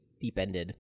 deep-ended